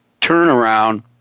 turnaround